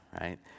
right